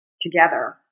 together